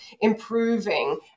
improving